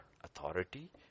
authority